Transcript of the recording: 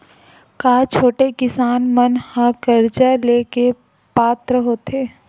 का छोटे किसान मन हा कर्जा ले के पात्र होथे?